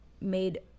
made